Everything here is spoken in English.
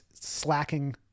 slacking